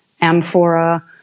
amphora